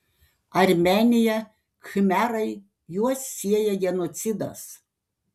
armėnija khmerai juos sieja genocidas